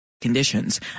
Conditions